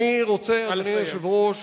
אני רוצה, אדוני היושב-ראש,